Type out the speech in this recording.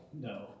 No